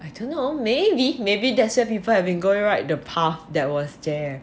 I don't know maybe maybe that's why people have been going right the path that was there